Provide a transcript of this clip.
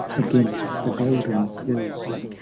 against the golden worlds,